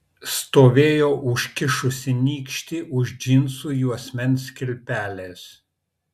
stovėjo užkišusi nykštį už džinsų juosmens kilpelės